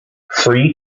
free